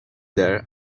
there